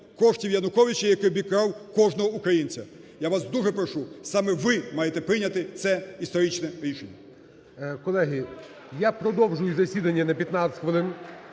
коштів Януковича, який обікрав кожного українця. Я вас дуже прошу, саме ви маєте прийняти це історичне рішення. ГОЛОВУЮЧИЙ. Колеги, я продовжую засідання на 15 хвилин.